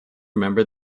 remember